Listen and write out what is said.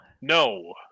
No